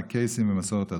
הקייסים ומסורת הדורות.